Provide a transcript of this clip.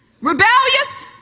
Rebellious